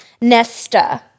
Nesta